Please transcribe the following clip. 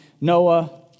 Noah